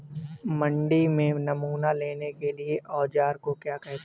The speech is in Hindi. मंडी में नमूना लेने के औज़ार को क्या कहते हैं?